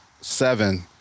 seven